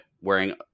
wearing